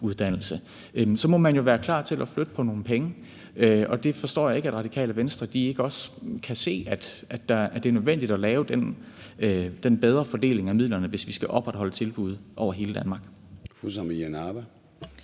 uddannelse, så må man jo være klar til at flytte på nogle penge. Og det forstår jeg ikke at Radikale Venstre ikke også kan se, altså at det er nødvendigt at lave den bedre fordeling af midlerne, hvis vi skal opretholde tilbud over hele Danmark.